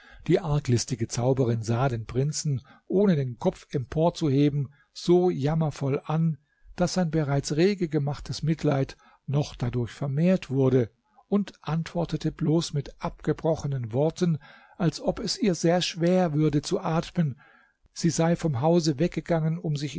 die arglistige zauberin sah den prinzen ohne den kopf empor zu heben so jammervoll an daß sein bereits rege gemachtes mitleid noch dadurch vermehrt wurde und antwortete bloß mit abgebrochenen worten als ob es ihr sehr schwer würde zu atmen sie sei vom hause weggegangen um sich